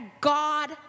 God